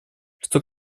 что